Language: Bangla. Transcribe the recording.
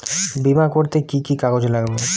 বিমা করতে কি কি কাগজ লাগবে?